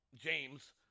James